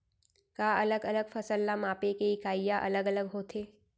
का अलग अलग फसल ला मापे के इकाइयां अलग अलग होथे?